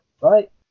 right